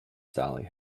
sally